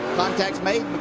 contact made.